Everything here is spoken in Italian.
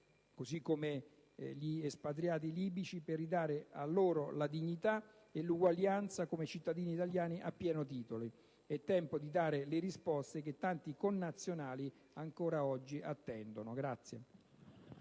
così come per gli espatriati libici, per ridare loro la dignità e l'uguaglianza come cittadini italiani a pieno titolo. È tempo di dare le risposte che tanti connazionali ancora oggi attendono.